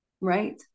right